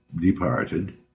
departed